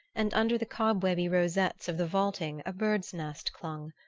and under the cobwebby rosettes of the vaulting a bird's nest clung.